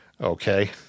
Okay